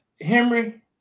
Henry